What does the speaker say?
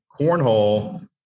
cornhole